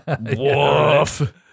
Woof